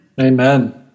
Amen